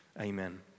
Amen